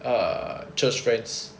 err just friends